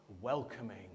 welcoming